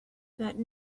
that